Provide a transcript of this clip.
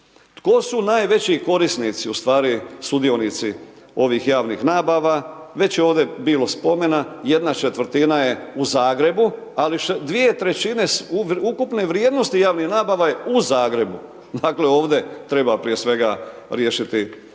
Tko su najveći korisnici u stvari sudionici ovih javnih nabava, već je ovdje bilo spomena, 1/4 je u Zagrebu, ali 2/3 ukupne vrijednosti javnih nabava je u Zagrebu, dakle ovde treba prije svega riješiti ovaj